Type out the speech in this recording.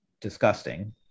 disgusting